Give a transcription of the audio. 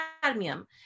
cadmium